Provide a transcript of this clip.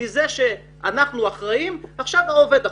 מזה שאנחנו אחראים עכשיו העובד אחראי.